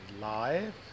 live